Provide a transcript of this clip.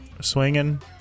swinging